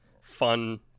fun